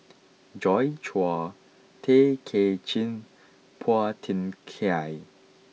Joi Chua Tay Kay Chin and Phua Thin Kiay